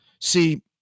See